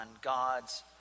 God's